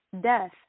Death